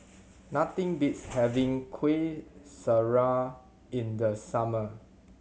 nothing beats having Kuih Syara in the summer